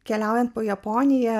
keliaujant po japoniją